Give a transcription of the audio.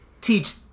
Teach